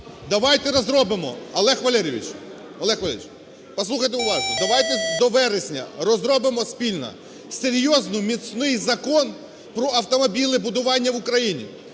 Валерійович, Олег Валерійович, послухайте уважно! - давайте до вересня розробимо спільно серйозний, міцний Закон про автомобілебудування в Україні,